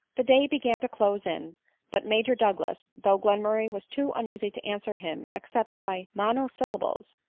the day began to close in but major douglas, though glenmurray was too uneasy to answer him except by monosyllables,